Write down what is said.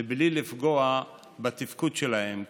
מבלי לפגוע בתפקוד שלהם.